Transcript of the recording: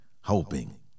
hoping